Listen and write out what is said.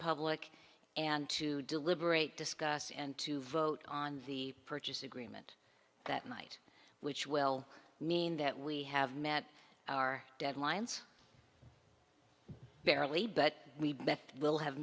public and to deliberate discuss and to vote on the purchase agreement that night which will mean that we have met our deadlines barely but we will have